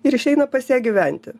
ir išeina pas ją gyventi